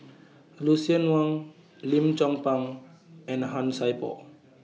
Lucien Wang Lim Chong Pang and Han Sai Por